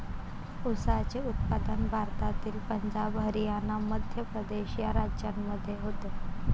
ऊसाचे उत्पादन भारतातील पंजाब हरियाणा मध्य प्रदेश या राज्यांमध्ये होते